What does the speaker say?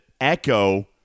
Echo –